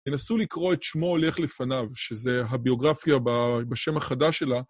תנסו לקרוא את "שמו הולך לפניו", שזה הביוגרפיה בשם החדש שלה.